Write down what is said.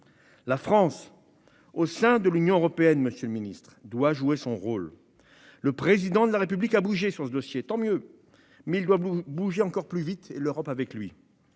la France, au sein de l'Union européenne, doit jouer son rôle. Le Président de la République a évolué sur ce dossier : tant mieux. Mais il doit bouger encore plus vite, et l'Europe avec lui.